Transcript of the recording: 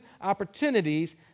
opportunities